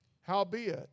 Howbeit